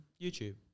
YouTube